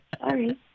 Sorry